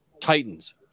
Titans